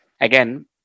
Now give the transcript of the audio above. again